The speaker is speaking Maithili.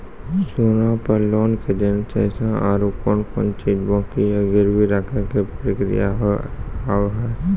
सोना पे लोन के जैसे और कौन कौन चीज बंकी या गिरवी रखे के प्रक्रिया हाव हाय?